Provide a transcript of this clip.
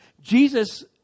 Jesus